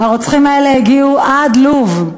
הרוצחים האלה הגיעו עד לוב.